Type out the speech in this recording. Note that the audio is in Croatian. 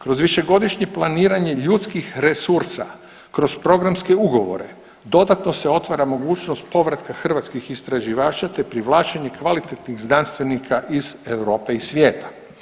Kroz višegodišnje planiranje ljudskih resursa i kroz programske ugovore dodatno se otvara mogućnost povratka hrvatskih istraživača, te privlačenje kvalitetnih znanstvenika iz Europe i svijeta.